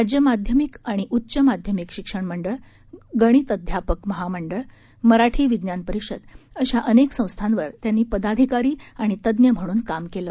राज्य माध्यमिक आणि उच्च माध्यमिक शिक्षण मंडळ गणित अध्यापक महामंडळ मराठी विज्ञान परिषद अशा अनेक संस्थांवर त्यांनीपदाधिकारी आणि तज्ज्ञ म्हणून काम केलं